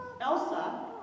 Elsa